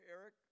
Eric